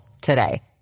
today